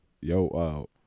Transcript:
Yo